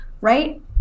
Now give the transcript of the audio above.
Right